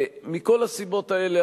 מכל הסיבות האלה,